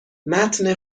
متن